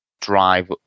drive